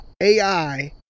AI